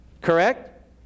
Correct